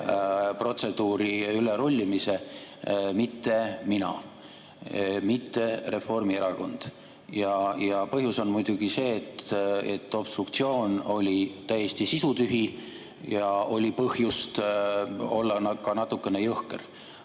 protseduuri ülerullimise, mitte mina, mitte Reformierakond. Ja põhjus on muidugi see, et obstruktsioon oli täiesti sisutühi, ja oli põhjust olla ka natukene jõhker.